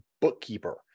bookkeeper